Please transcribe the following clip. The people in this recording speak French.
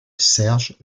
serge